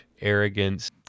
arrogance